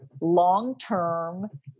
long-term